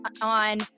on